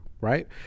right